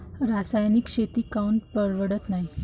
रासायनिक शेती काऊन परवडत नाई?